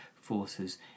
forces